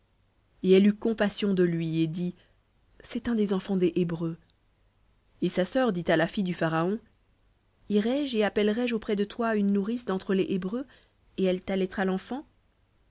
et elle eut compassion de lui et dit c'est un des enfants des hébreux et sa sœur dit à la fille du pharaon irai-je et appellerai je auprès de toi une nourrice d'entre les hébreues et elle t'allaitera l'enfant